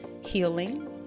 healing